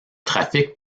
trafic